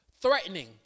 threatening